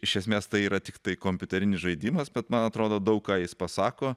iš esmės tai yra tiktai kompiuterinis žaidimas bet man atrodo daug ką jis pasako